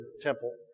temple